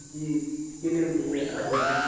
जी केले भी चाहिए आठ दर्जन